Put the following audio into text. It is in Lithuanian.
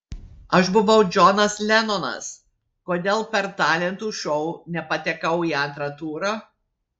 aš buvau džonas lenonas kodėl per talentų šou nepatekau į antrą turą